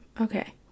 Okay